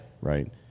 Right